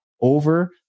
over